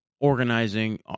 organizing